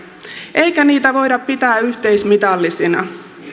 eikä niitä voida pitää yhteismitallisina